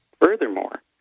Furthermore